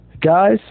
Guys